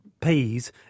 peas